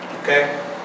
Okay